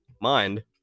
mind